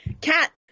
cat